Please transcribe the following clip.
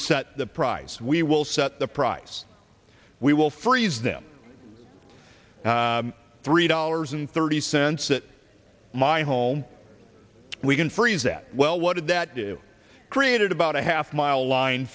set the price we will set the price we will freeze them three dollars and thirty cents it my home we can freeze that well what did that do created about a half mile line